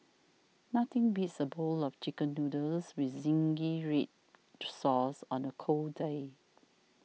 nothing beats a bowl of Chicken Noodles with Zingy Red Sauce on a cold day